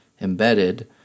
embedded